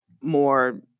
more